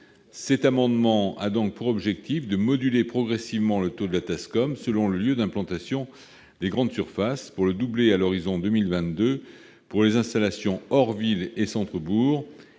Cet amendement vise donc à moduler progressivement le taux de la TASCOM selon le lieu d'implantation des grandes surfaces pour le doubler à horizon de 2022 pour les installations hors villes et centres-bourgs et